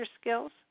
skills